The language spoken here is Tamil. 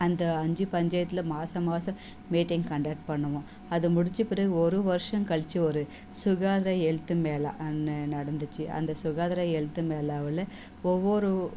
அந்த அஞ்சு பஞ்சாயத்தில் மாதம் மாதம் மீட்டிங் கண்டெக்ட் பண்ணுவோம் அதை முடித்து பிறகு ஒரு வருஷம் கழிச்சி ஒரு சுகாதார ஹெல்த்து மேளா அன்ன நடந்துச்சு அந்த சுகாதார ஹெல்த்து மேளாவில் ஒவ்வொரு